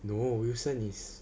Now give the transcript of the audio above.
no wilson is